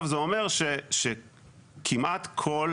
זה אומר שכמעט כל